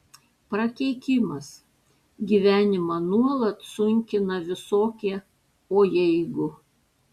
prakeikimas gyvenimą nuolat sunkina visokie o jeigu